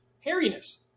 hairiness